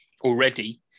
already